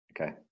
Okay